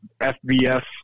FBS